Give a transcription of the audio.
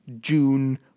June